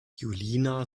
julina